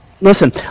Listen